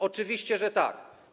Oczywiście, że tak.